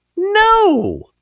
No